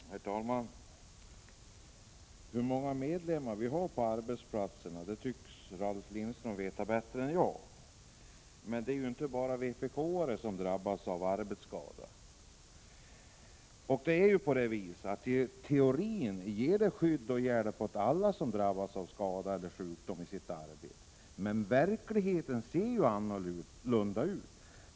Herr talman! Hur många medlemmar vi har på arbetsplatserna tycks Ralf Lindström veta bättre än jag. Men det är inte bara vpk-are som drabbas av arbetsskada. I teorin ger försäkringen skydd och hjälp åt alla som drabbas av skada eller sjukdom i sitt arbete, men verkligheten ser annorlunda ut.